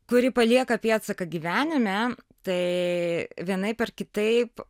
kuri palieka pėdsaką gyvenime tai vienaip ar kitaip